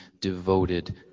devoted